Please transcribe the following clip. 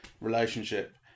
relationship